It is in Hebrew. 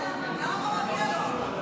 למה מגיע לו?